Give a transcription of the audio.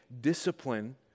discipline